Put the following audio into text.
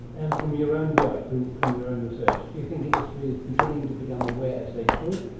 and from your own work, from from your own research do you think industry is beginning to become aware, as they should,